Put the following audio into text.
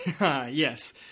Yes